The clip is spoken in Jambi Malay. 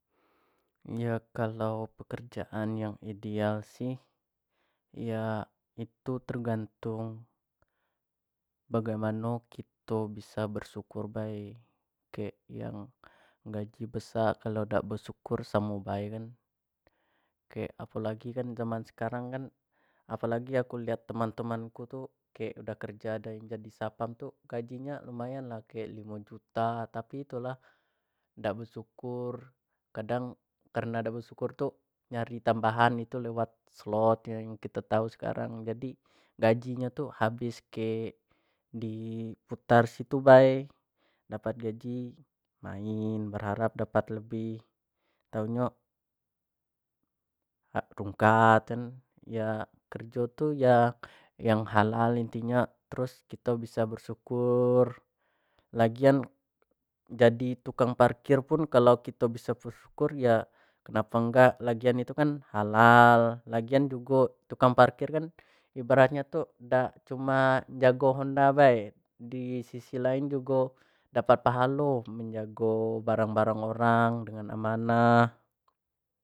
Ya kalau pekerjaan yang ideal sih ya itu tergantung bagaimano kito, bisa bersyukur bae, kek yang gaji besak kalau dak bersyukur samo bae kan, kek apo lagi kan zaman sekarang kan apo lagi aku lihat teman- teman ku tu kek ada yang udah kerja ada yang jadi satpam tu gaji nya tu lumayan lah kek lima juta tapi itu lah dak bersyukur kadang karena dak bersyukur tu nyari tambahan tu lewat slot yang kito tau sekarang jadi gaji nyo tu habis ke di putar situ bae, daoat gaji main berharap dapat lebih tau nyo rungkad kan, ya kerjo tu ya yang halal inti nyo, terus kito bisa bersyukur lagian jadi tukang parkir pun kalau kito bisa bersyukur pun iya napa gak lagian itu kan halal lagian jugo tukang parkir kan ibarat tu dak.